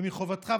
ומחובתך,